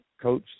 Coach